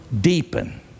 deepen